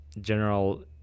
general